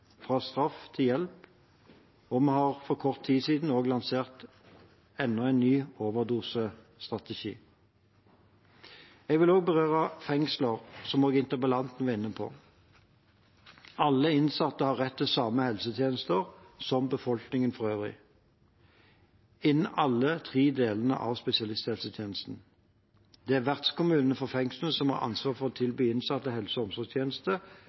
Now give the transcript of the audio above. Fra straff til hjelp, og vi har for kort tid siden lansert enda en ny overdosestrategi. Jeg vil også berøre fengsler, som interpellanten også var inne på. Alle innsatte har rett til de samme helsetjenestene som befolkningen for øvrig, innen alle tre delene av spesialisthelsetjenesten. Det er vertskommunene for fengslene som har ansvar for å tilby innsatte helse- og